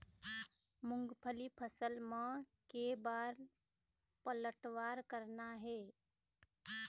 मूंगफली फसल म के बार पलटवार करना हे?